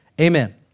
amen